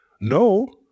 No